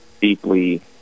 deeply